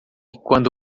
quando